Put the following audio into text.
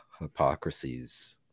hypocrisies